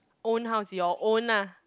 own house your own lah